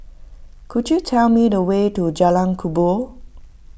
could you tell me the way to Jalan Kubor